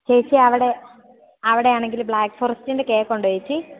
ചേച്ചീ അവിടെ അവിടെയാണെങ്കില് ബ്ലാക്ക് ഫോറസ്റ്റിൻ്റെ കേക്കുണ്ടോ ചേച്ചീ